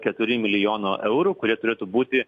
keturi milijono eurų kurie turėtų būti